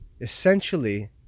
essentially